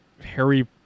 Harry